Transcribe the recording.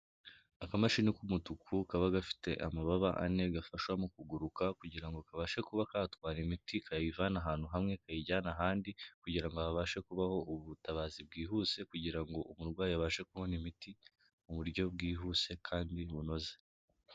Akamashini k'umutuku kaba gafite amababa ane gafasha mu kuguruka kugira ngo kabashe kuba katwara imiti, kayayivana ahantu hamwe kayijyana ahandi kugira ngo habashe kubaho ubutabazi bwihuse kugira ngo umurwayi abashe kubona imiti mu buryo bwihuse kandi bunoze.